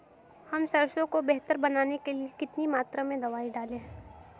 हम सरसों को बेहतर बनाने के लिए कितनी मात्रा में दवाई डालें?